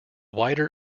wider